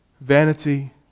Vanity